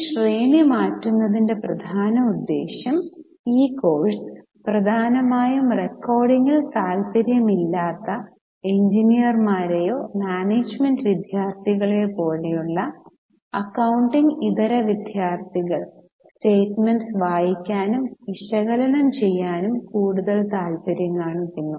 ഈ ശ്രേണി മാറ്റുന്നതിന്റെ പ്രധാന ഉദ്ദേശ്യം ഈ കോഴ്സ് പ്രധാനമായും റെക്കോർഡിംഗിൽ താൽപ്പര്യമില്ലാത്ത എഞ്ചിനീയർമാരെയോ മാനേജുമെന്റ് വിദ്യാർത്ഥികളെയോ പോലുള്ള അക്കൌണ്ടിംഗ് ഇതര വിദ്യാർത്ഥികൾ സ്റ്റെമെന്റ്സ് വായിക്കാനും വിശകലനം ചെയ്യാനും കൂടുതൽ താല്പര്യം കാണിക്കുന്നു